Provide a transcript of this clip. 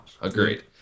Agreed